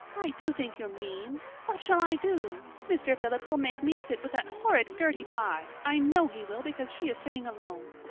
i do think you're mean. what shall i do? mr. phillips will make me sit with that horrid gertie pye i know he will because she is sitting alone.